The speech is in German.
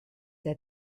der